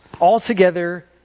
altogether